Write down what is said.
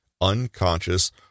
unconscious